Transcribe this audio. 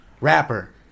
rapper